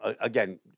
again